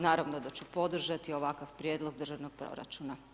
Naravno da ću podržati ovakav prijedlog državnog proračuna.